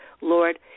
Lord